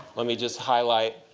let me just highlight